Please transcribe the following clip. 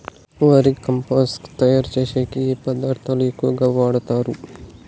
వర్మి compost తయారుచేసేకి ఏ పదార్థాలు ఎక్కువగా వాడుతారు